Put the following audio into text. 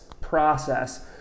process